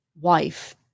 wife